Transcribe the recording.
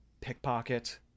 pickpocket